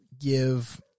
give